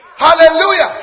Hallelujah